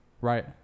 Right